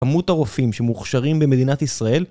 כמות הרופאים שמוכשרים במדינת ישראל